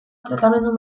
tratamendu